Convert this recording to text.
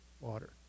water